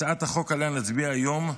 הצעת החוק שעליה נצביע היום,